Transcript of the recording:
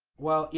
well, yeah